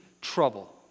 trouble